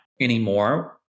anymore